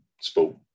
sport